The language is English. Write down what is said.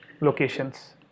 locations